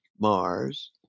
Mars